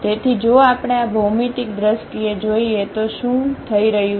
તેથી જો આપણે આ ભૌમિતિક દ્રષ્ટિએ જોઈએ તો શું થઈ રહ્યું છે